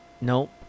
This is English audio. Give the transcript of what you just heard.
nope